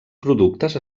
productes